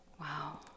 Wow